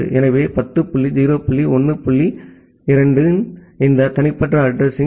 எனவே 10 dot 0 dot 1 dot 2 இன் இந்த தனிப்பட்ட அட்ரஸிங்